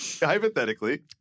Hypothetically